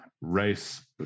race